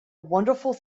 wonderful